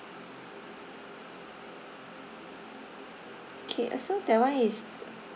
okay uh so that one is